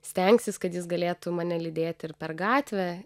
stengsis kad jis galėtų mane lydėti ir per gatvę